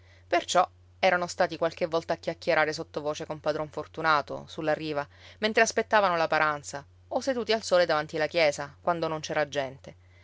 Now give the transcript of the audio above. perciò erano stati qualche volta a chiacchierare sottovoce con padron fortunato sulla riva mentre aspettavano la paranza o seduti al sole davanti la chiesa quando non c'era gente